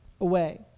away